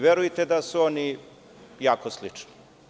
Verujte da su oni jako slični.